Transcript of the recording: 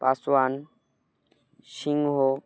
Paswan Singh